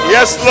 Yes